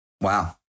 Wow